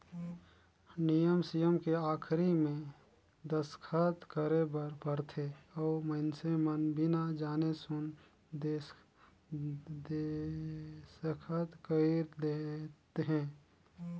नियम सियम के आखरी मे दस्खत करे बर परथे अउ मइनसे मन बिना जाने सुन देसखत कइर देंथे